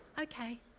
okay